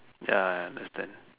ya I understand